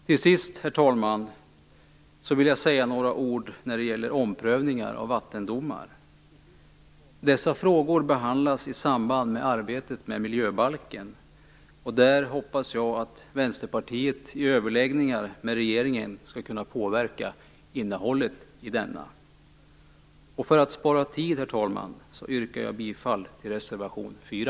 Till sist, herr talman, vill jag säga några ord när det gäller omprövningar av vattendomar. Dessa frågor behandlas i samband med arbetet med miljöbalken, och jag hoppas att Vänsterpartiet i överläggningar med regeringen skall kunna påverka innehållet i den. För att spara tid, herr talman, yrkar jag bifall enbart till reservation 4.